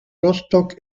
rostock